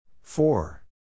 Four